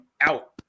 out